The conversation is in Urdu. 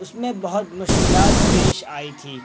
اس میں بہت مشکلات پیش آئی تھیں